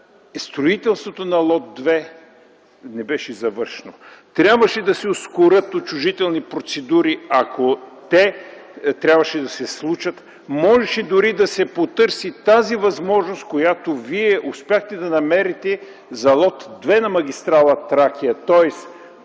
строителството на лот 2 не беше завършено. Трябваше да се ускорят отчуждителните процедури, ако те трябваше да се случат. Можеше дори да се потърси тази възможност, която Вие успяхте да намерите за лот 2 на магистрала „Тракия”.